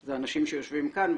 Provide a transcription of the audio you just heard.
זה האנשים שיושבים כאן,